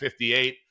58